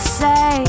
say